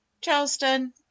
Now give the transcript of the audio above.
charleston